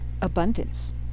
abundance